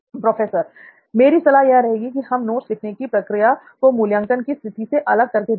professor मेरी सलाह यह रहेगी कि हम नोट्स लेने की प्रक्रिया को मूल्यांकन की स्थिति से अलग करके देखें